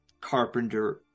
Carpenter